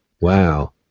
wow